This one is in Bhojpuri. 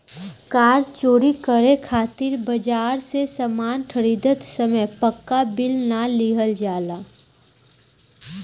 कार चोरी करे खातिर बाजार से सामान खरीदत समय पाक्का बिल ना लिहल जाला